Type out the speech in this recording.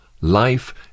life